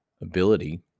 ability